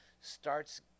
starts